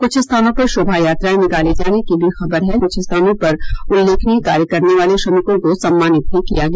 कुछ स्थानों पर शोभायात्रायें निकाले जाने की भी खबर है जबकि कुछ स्थानों पर उल्लेखनीय कार्य करने वाले श्रमिकों को सम्मानित भी किया गया